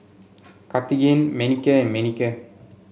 Cartigain Manicare and Manicare